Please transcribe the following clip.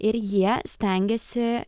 ir jie stengiasi